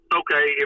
okay